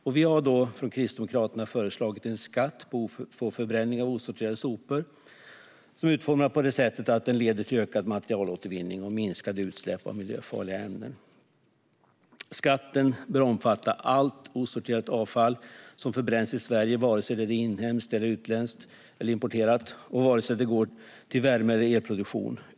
Därför har Kristdemokraterna föreslagit en skatt på förbränning av osorterade sopor som är utformad så att den leder till ökad materialåtervinning och minskade utsläpp av miljöfarliga ämnen. Denna skatt bör omfatta allt osorterat avfall som förbränns i Sverige, vare sig det är inhemskt eller importerat och vare sig det går till värme eller elproduktion.